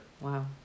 Wow